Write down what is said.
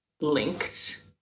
linked